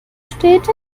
steht